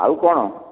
ଆଉ କ'ଣ